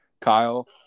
Kyle